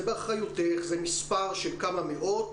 זה באחריותך, זה מספר של כמה מאות?